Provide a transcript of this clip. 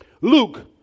Luke